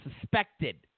suspected